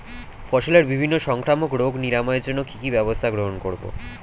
ফসলের বিভিন্ন সংক্রামক রোগ নিরাময়ের জন্য কি কি ব্যবস্থা গ্রহণ করব?